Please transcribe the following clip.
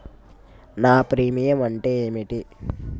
నా ప్రీమియం అంటే ఏమిటి?